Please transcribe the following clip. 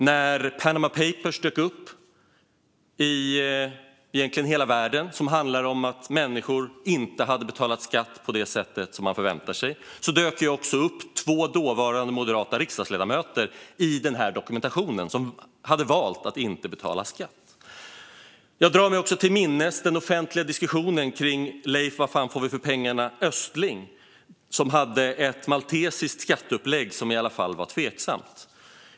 När Panama Papers dök upp och berörde i stort sett i hela världen - det handlade om att människor inte hade betalat skatt på det sätt som man förväntar sig - dök det i dokumentationen även upp två dåvarande moderata riksdagsledamöter som hade valt att inte betala skatt. Jag drar mig också till minnes den offentliga diskussionen kring Leif "Vad fan får vi för pengarna" Östling, som hade ett maltesiskt skatteupplägg som i alla fall var tveksamt.